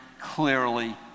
clearly